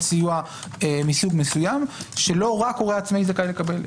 סיוע מסוג מסוים שלא רק הורה זכאי לקבל,